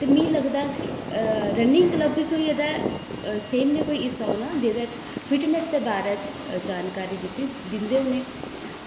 ते मिगी लगदा कि रनिंग क्लब निं कुदै स्हेई सैम गै कोई हिस्सा औना जेह्दे च फिटनेस दे बारे च जानकारी दिंदे होने न